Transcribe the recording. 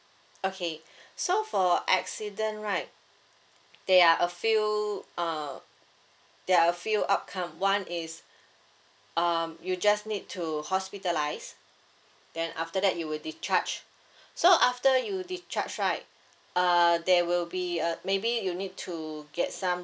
okay so for accident right there are a few uh there are a few outcome one is um you just need to hospitalise then after that you will discharge so after you discharge right uh there will be uh maybe you need to get some